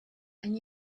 and